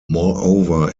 moreover